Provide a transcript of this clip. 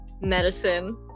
medicine